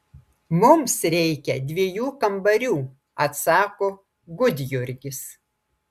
mums reikia dviejų kambarių atsako gudjurgis